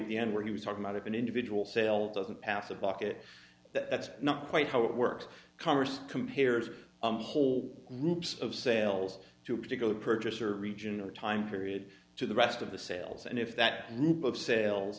at the end where he was talking out of an individual sale doesn't pass a bucket that's not quite how it works commerce compares whole groups of sales to a particular purchaser region over time period to the rest of the sales and if that route of sales